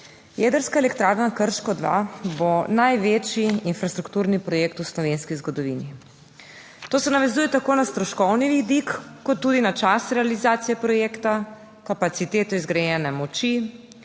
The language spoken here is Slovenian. Jedrska elektrarna Krško 2 bo največji infrastrukturni projekt v slovenski zgodovini. To se navezuje tako na stroškovni vidik kot tudi na čas realizacije projekta, kapacitete zgrajene moči